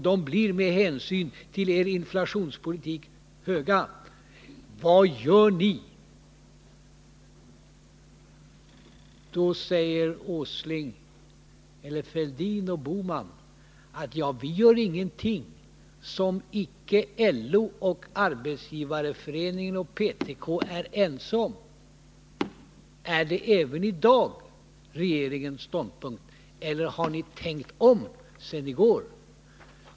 De blir med hänsyn till er inflationspolitik höga. Vad gör ni då? Då svarar Nils Åsling, Thorbjörn Fälldin eller Gösta Bohman att de gör ingenting som inte LO, Arbetsgivareföreningen och PTK är ense om. Är detta även i dag regeringens ståndpunkt eller har ni tänkt om sedan i går?